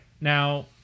Now